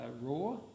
raw